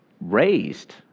raised